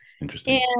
Interesting